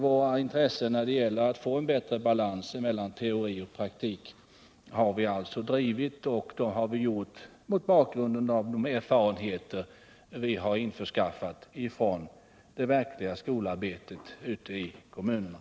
Våra intressen när det gäller att få en bättre balans mellan teori och praktik har vi alltså drivit, och det har vi gjort mot bakgrund av de erfarenheter vi har införskaffat från det verkliga skolarbetet ute i kommunerna.